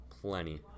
Plenty